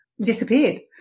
disappeared